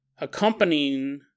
Accompanying